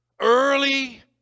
early